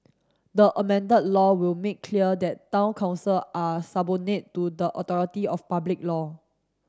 the amended law will make clear that Town Council are to the authority of public law